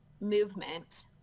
movement